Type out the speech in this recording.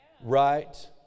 right